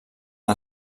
que